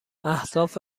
اهداف